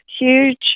huge